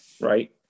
Right